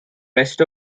west